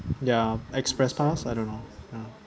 ya express pass I don't know ya